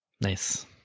nice